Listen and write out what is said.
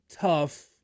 tough